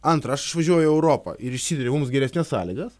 antra aš išvažiuoju į europą ir išsideriu mums geresnes sąlygas